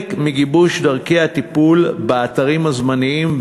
מגיבוש דרכי הטיפול באתרים הזמניים,